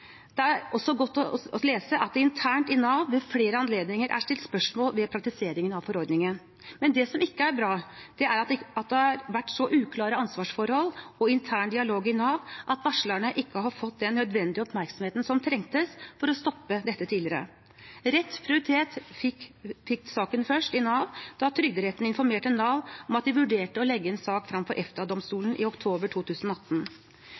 Det er også godt å lese at det internt i Nav ved flere anledninger er stilt spørsmål ved praktiseringen av forordningen. Men det som ikke er bra, er at det har vært så uklare ansvarsforhold og intern dialog i Nav at varslerne ikke har fått den nødvendige oppmerksomheten som trengtes for å stoppe dette tidligere. Rett prioritet fikk saken først i Nav da Trygderetten informerte Nav om at de vurderte å legge en sak frem for EFTA-domstolen i oktober 2018.